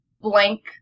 blank